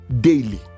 daily